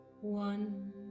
One